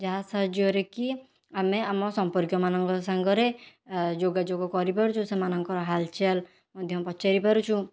ଯାହା ସାହାଯ୍ୟରେ କି ଆମେ ଆମ ସମ୍ପର୍କୀୟମାନଙ୍କ ସାଙ୍ଗରେ ଯୋଗାଯୋଗ କରିପାରୁଛୁ ସେମାନଙ୍କ ହାଲଚାଲ ମଧ୍ୟ ପଚାରି ପାରୁଛୁ